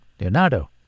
Leonardo